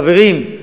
חברים,